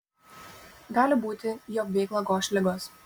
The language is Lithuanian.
gali būti jog veiklą goš ligos